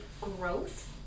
growth